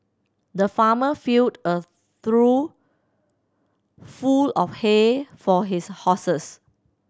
the farmer filled a through full of hay for his horses